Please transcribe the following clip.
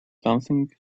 something